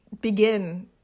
begin